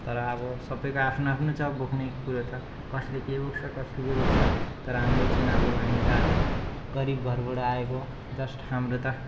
तर अब सबैको आफ्नो आफ्नो छ बोक्ने कुरो त कसले के बोक्छ कसले के बोक्छ तर हाम्रो चाहिँ अब हामी त आलिक गरिब घरबाट आएको जस्ट हाम्रो त